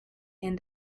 and